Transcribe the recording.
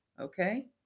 Okay